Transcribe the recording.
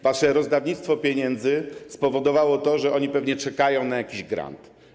Wasze rozdawnictwo pieniędzy spowodowało, że oni pewnie czekają na jakiś grant.